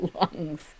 lungs